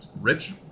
Rich